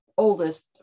oldest